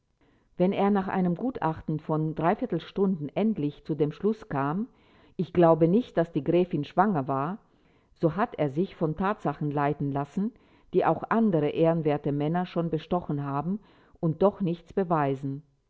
wenn er nach einem gutachten von stunden endlich zu dem schluß kam ich glaube nicht daß die gräfin schwanger war so hat er sich von tatsachen leiten lassen die auch andere ehrenwerte männer schon bestochen haben und doch nichts beweisen